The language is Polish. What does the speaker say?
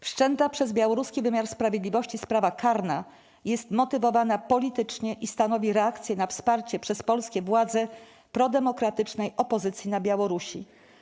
Wszczęta przez białoruski wymiar sprawiedliwości sprawa karna jest motywowana politycznie i stanowi reakcję na wsparcie przez polskie władze prodemokratycznej opozycji na Białorusi.